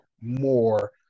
more